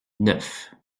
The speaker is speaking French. neuf